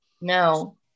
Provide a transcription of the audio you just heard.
No